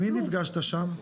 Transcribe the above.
עם מי נפגשת שם?